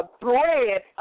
bread